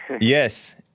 Yes